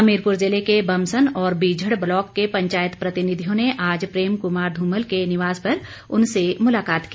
हमीरपुर जिले के बमसन व बीझड़ ब्लॉक के पंचायत प्रतिनिधियों ने आज प्रेम कुमार धूमल के निवास पर उनसे मुलाकात की